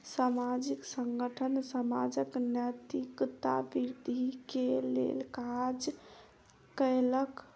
सामाजिक संगठन समाजक नैतिकता वृद्धि के लेल काज कयलक